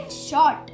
short